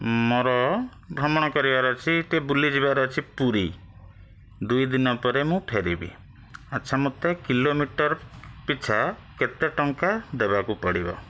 ମୋର ଭ୍ରମଣ କରିବାର ଅଛି ଟିକିଏ ବୁଲିଯିବାର ଅଛି ପୁରୀ ଦୁଇଦିନ ପରେ ମୁଁ ଫେରିବି ଆଚ୍ଛା ମୋତେ କିଲୋମିଟର ପିଛା କେତେ ଟଙ୍କା ଦେବାକୁ ପଡ଼ିବ